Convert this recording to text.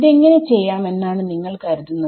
ഇതെങ്ങനെ ചെയ്യാം എന്നാണ് നിങ്ങൾ കരുതുന്നത്